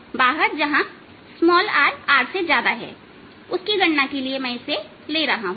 आप सिर्फ बाहर जहां rR हैउसकी गणना के लिए मैं इसे ले रहा हूं